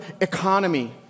economy